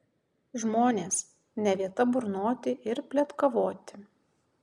žmonės ne vieta burnoti ir pletkavoti